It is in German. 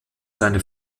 seine